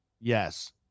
yes